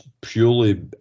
purely